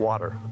Water